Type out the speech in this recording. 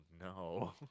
no